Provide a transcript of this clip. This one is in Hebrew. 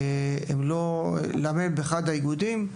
כדי לאמן באחד האיגודים.